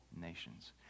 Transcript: nations